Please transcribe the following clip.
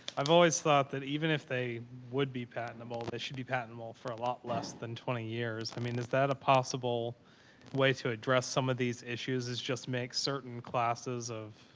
i've always thought that even if they would be patentable, they should be patentable for a lot less than twenty years. i mean, is that a possible way to address some of these issues. let's just make certain classes of,